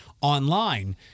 online